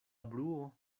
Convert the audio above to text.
bruo